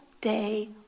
day